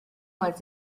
was